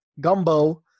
gumbo